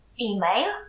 Email